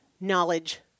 knowledge